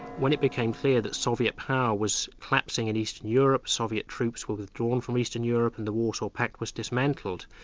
when it became clear that soviet power was collapsing in eastern europe, soviet troops were withdrawn from eastern europe and the warsaw pact was dismantled,